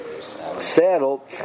saddle